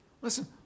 Listen